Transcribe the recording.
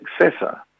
successor